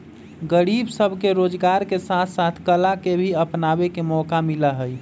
गरीब सब के रोजगार के साथ साथ कला के भी अपनावे के मौका मिला हई